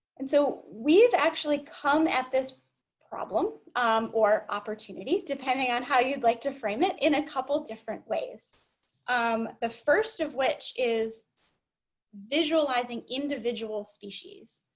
and so we've actually come at this problem or opportunity depending on how you'd like to frame it in a couple different ways um the first of which is visualizing individual species